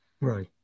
Right